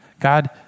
God